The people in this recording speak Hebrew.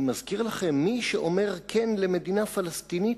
אני מזכיר לכם: מי שאומר כן למדינה פלסטינית,